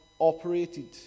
operated